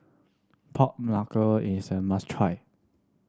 pork knuckle is a must try